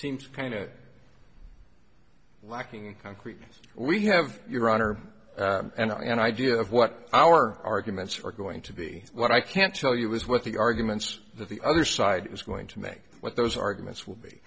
seems kind of lacking concrete we have your honor and an idea of what our arguments are going to be what i can't tell you is what the arguments that the other side is going to make what those arguments will be